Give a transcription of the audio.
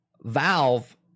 Valve